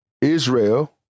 Israel